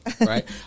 right